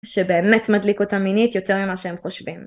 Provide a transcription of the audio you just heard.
שבאמת מדליק אותה מינית יותר ממה שהם חושבים.